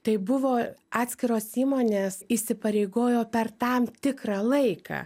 tai buvo atskiros įmonės įsipareigojo per tam tikrą laiką